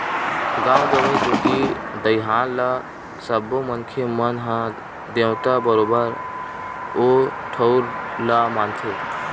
गाँव गंवई कोती दईहान ल सब्बो मनखे मन ह देवता बरोबर ओ ठउर ल मानथे